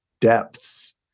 depths